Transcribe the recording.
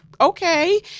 okay